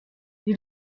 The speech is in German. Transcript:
die